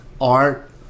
Art